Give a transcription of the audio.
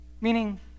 Meaning